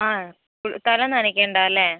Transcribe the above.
ആ തല നനയ്ക്കേണ്ട അല്ലേ